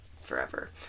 forever